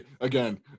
Again